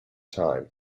time